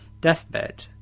deathbed